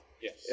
Yes